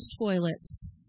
toilets